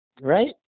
right